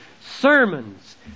sermons